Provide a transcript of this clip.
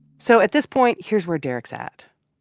so at this point, here's where derek's at.